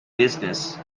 business